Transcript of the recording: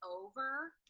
over